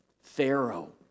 Pharaoh